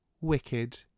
wicked